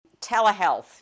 Telehealth